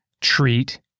treat